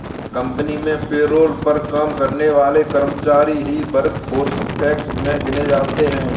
company में payroll पर काम करने वाले कर्मचारी ही वर्कफोर्स टैक्स में गिने जाते है